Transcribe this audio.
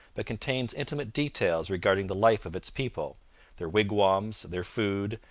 but contains intimate details regarding the life of its people their wigwams, their food,